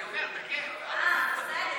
אני אומר, בכיף, אה, בסדר.